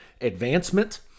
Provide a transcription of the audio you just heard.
advancement